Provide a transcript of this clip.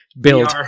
build